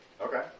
Okay